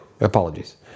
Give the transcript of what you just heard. Apologies